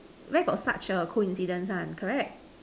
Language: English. where got such a coincidence one correct